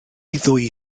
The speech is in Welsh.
ddwy